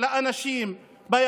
נגד אנשים ביערות,